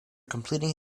completing